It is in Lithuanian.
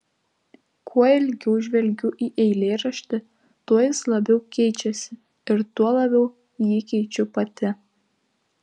kuo ilgiau žvelgiu į eilėraštį tuo jis labiau keičiasi ir tuo labiau jį keičiu pati